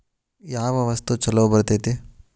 ಯಾವ ವಸ್ತು ಛಲೋ ಬರ್ತೇತಿ?